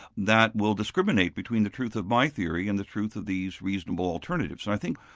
that will discriminate between the truth of my theory and the truth of these reasonable alternatives? and i think,